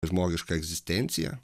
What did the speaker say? žmogišką egzistenciją